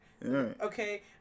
Okay